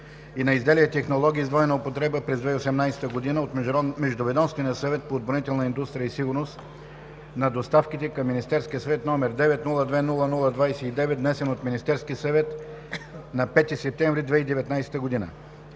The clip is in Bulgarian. и на изделия и технологии с двойна употреба през 2018 г. от Междуведомствения съвет по отбранителна индустрия и сигурност на доставките към Министерския съвет, № 902-00-29, внесен от Министерския съвет на 5 септември 2019 г.